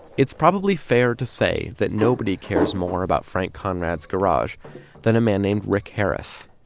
it's probably fair to say that nobody cares more about frank conrad's garage than a man named rick harris.